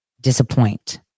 disappoint